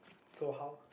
so how